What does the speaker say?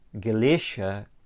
galatia